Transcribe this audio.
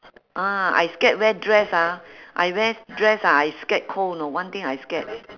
ah I scared wear dress ah I wear dress ah I scared cold know one thing I scared